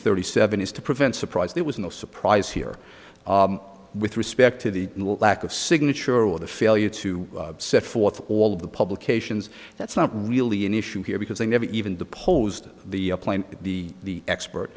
thirty seven is to prevent surprise there was no surprise here with respect to the lack of signature or the failure to set forth all the publications that's not really an issue here because they never even deposed the plant the expert